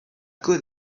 good